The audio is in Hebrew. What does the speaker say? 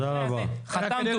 חתמנו